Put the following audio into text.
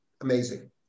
amazing